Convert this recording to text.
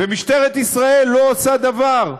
ומשטרת ישראל לא עושה דבר?